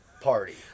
party